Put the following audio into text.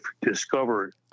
discovered